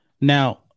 Now